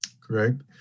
correct